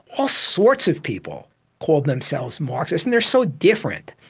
all sorts of people called themselves marxist, and they are so different.